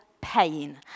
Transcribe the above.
pain